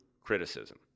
criticism